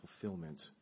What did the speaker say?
fulfillment